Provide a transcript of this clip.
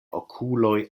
okuloj